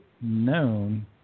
known